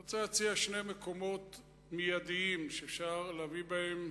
אני רוצה להציע שני מקומות מיידיים שאפשר להביא מהם